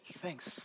thanks